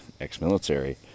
ex-military